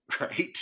right